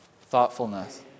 Thoughtfulness